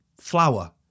flour